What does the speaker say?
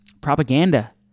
Propaganda